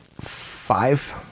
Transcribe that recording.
five